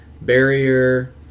Barrier